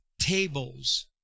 tables